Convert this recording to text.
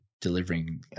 delivering